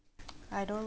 I don't